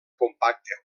compacta